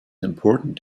important